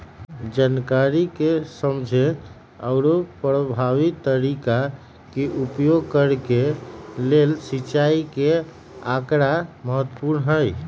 जनकारी के समझे आउरो परभावी तरीका के उपयोग करे के लेल सिंचाई के आकड़ा महत्पूर्ण हई